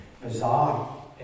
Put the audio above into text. bizarre